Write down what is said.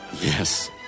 Yes